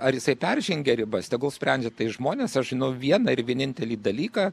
ar jisai peržengė ribas tegul sprendžia tai žmonės aš žinau vieną ir vienintelį dalyką